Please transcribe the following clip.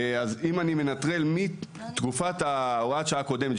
אם אני מנטרל מתקופת הוראת השעה הקודמת,